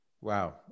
Wow